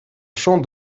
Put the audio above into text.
champ